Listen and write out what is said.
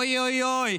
אוי-אוי-אוי.